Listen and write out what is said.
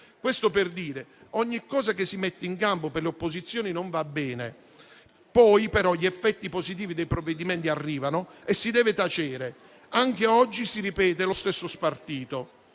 le risorse. Ogni cosa che si mette in campo per le opposizioni non va bene, poi però arrivano gli effetti positivi dei provvedimenti e si deve tacere. Anche oggi si ripete lo stesso spartito.